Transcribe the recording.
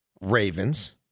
Ravens